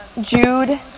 Jude